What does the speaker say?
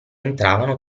entravano